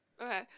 okay